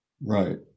Right